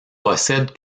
possède